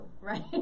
right